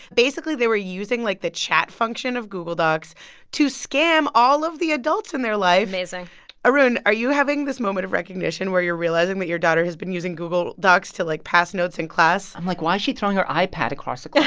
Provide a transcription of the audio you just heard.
basically, they were using, like, the chat function of google docs to scam all of the adults in their life amazing arun, are you having this moment of recognition where you're realizing that your daughter has been using google docs to, like, pass notes in class? i'm, like, why is she throwing her ipad across the class?